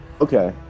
Okay